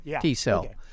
T-cell